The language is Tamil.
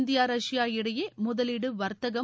இந்தியா ரஷ்யா இடையே முதலீடு வர்த்தகம்